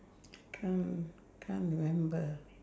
can't can't remember